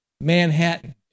Manhattan